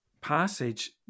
passage